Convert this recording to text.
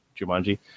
Jumanji